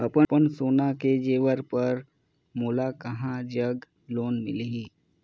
अपन सोना के जेवर पर मोला कहां जग लोन मिलही?